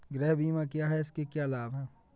गृह बीमा क्या है इसके क्या लाभ हैं?